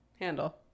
Handle